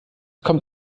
kommt